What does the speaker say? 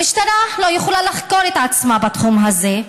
המשטרה לא יכולה לחקור את עצמה בתחום הזה.